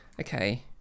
okay